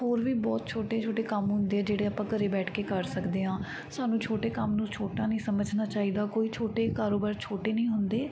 ਹੋਰ ਵੀ ਬਹੁਤ ਛੋਟੇ ਛੋਟੇ ਕੰਮ ਹੁੰਦੇ ਜਿਹੜੇ ਆਪਾਂ ਘਰ ਬੈਠ ਕੇ ਕਰ ਸਕਦੇ ਹਾਂ ਸਾਨੂੰ ਛੋਟੇ ਕੰਮ ਨੂੰ ਛੋਟਾ ਨਹੀਂ ਸਮਝਣਾ ਚਾਹੀਦਾ ਕੋਈ ਛੋਟੇ ਕਾਰੋਬਾਰ ਛੋਟੇ ਨਹੀਂ ਹੁੰਦੇ